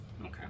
Okay